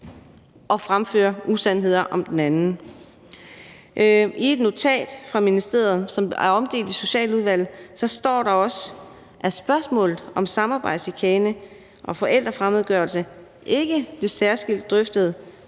at fremføre usandheder om den anden. I et notat fra ministeriet, som er omdelt i Social- og Ældreudvalget, står der også, at spørgsmålet om samarbejdschikane og forældrefremmedgørelse ikke blev særskilt drøftet